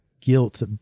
guilt